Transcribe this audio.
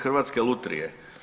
Hrvatske lutrije.